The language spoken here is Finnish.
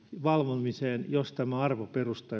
valvomiseen jos tämä arvoperusta